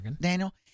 Daniel